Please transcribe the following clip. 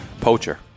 poacher